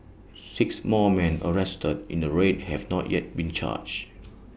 six more men arrested in the raid have not yet been charged